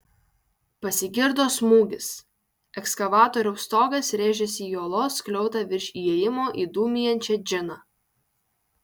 pasigirdo smūgis ekskavatoriaus stogas rėžėsi į olos skliautą virš įėjimo į dūmijančią džiną